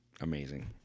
amazing